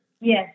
Yes